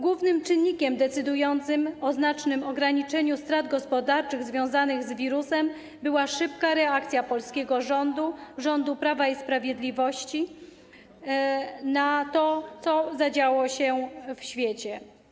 Głównym czynnikiem decydującym o znacznym ograniczeniu strat gospodarczych związanych z wirusem była szybka reakcja polskiego rządu, rządu Prawa i Sprawiedliwości, na to, co zadziało się w świecie.